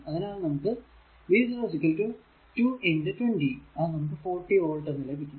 അതിനാൽ നമുക്ക് v0 2 20 അത് നമുക്ക് 40 വോൾട് എന്ന് ലഭിക്കും